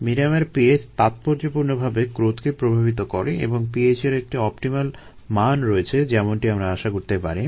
মিডিয়ামের pH তাৎপর্যপূূর্ণভাবে গ্রোথকে প্রভাবিত করে এবং pH এর একটি অপটিমাল মান রয়েছে যেমনটি আমরা আশা করতে পারি